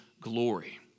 glory